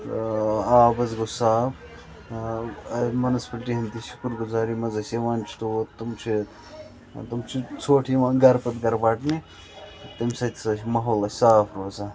آب حظ گوٚو صاف منسپلٹی ہٕنٛد تہِ شُکُر گُزٲری مَنٛز أسۍ یِوان چھِ تور تِم چھِ تِم چھِ ژھوٚٹھ یِوان گَرٕ پَتہٕ گَرٕ وَٹنہِ تمہِ سۭتۍ ہَسا چھُ ماحول اَسہِ صاف روزان